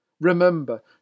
Remember